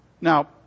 Now